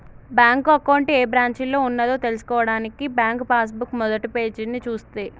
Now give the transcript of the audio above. bank account ఏ బ్రాంచిలో ఉన్నదో తెల్సుకోవడానికి బ్యాంకు పాస్ బుక్ మొదటిపేజీని చూస్తే